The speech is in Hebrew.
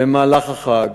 במהלך החג.